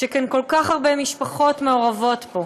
שכן כל כך הרבה משפחות מעורבות פה,